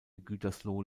gütersloh